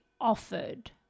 offered